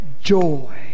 joy